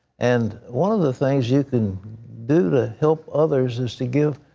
and one of the things you can do to help others is to give